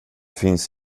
finns